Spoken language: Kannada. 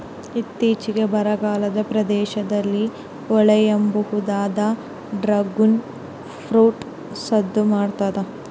ಇತ್ತೀಚಿಗೆ ಬರಗಾಲದ ಪ್ರದೇಶದಲ್ಲಿ ಬೆಳೆಯಬಹುದಾದ ಡ್ರಾಗುನ್ ಫ್ರೂಟ್ ಸದ್ದು ಮಾಡ್ತಾದ